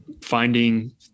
finding